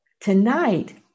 tonight